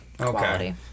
Okay